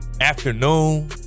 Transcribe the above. afternoon